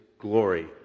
glory